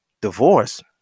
Divorce